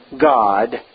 God